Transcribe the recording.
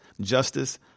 justice